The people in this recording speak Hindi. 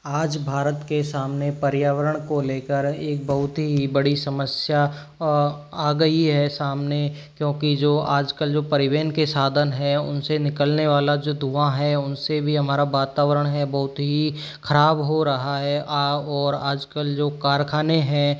आज भारत के सामने पर्यावरण को लेकर एक बहुत ही बड़ी समस्या आ गई है सामने क्योंकि जो आजकल जो परिवहन के साधन हैं उनसे निकलने वाला जो धुआँ है उनसे भी हमारा वातावरण है बहुत ही खराब हो रहा है और आजकल जो कारखाने हैं